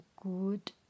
good